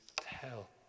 tell